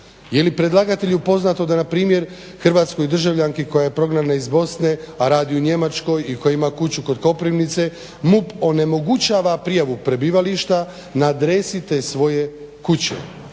Je li predlagatelju poznato da npr. hrvatskoj državljanki koja je prognana iz BiH, a radi u Njemačkoj i koja ima kuću kod Koprivnice MUP onemogućava prijavu prebivališta na adresi te svoje kuće.